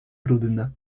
brudne